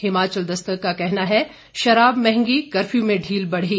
हिमाचल दस्तक का कहना है शराब महंगी कर्फ्यू में ढील बढ़ी